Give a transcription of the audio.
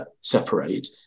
separate